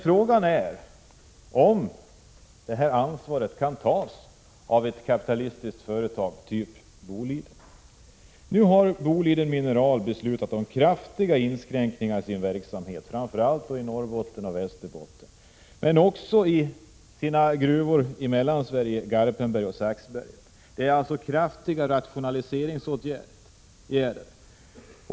Frågan är om detta ansvar kan tas av ett kapitalistiskt företag, typ Boliden. Nu har Boliden Mineral beslutat om kraftiga inskränkningar i sin verksamhet, framför allt i Norrbotten och Västerbotten, men också i sina gruvor i Mellansverige — Garpenberg och Saxberget. Det är alltså fråga om kraftiga rationaliseringsåtgärder.